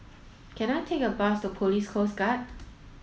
can I take a bus to Police Coast Guard